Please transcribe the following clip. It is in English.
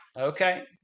Okay